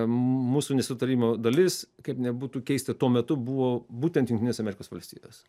mūsų nesutarimų dalis kaip nebūtų keista tuo metu buvo būtent jungtinės amerikos valstijos